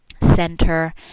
center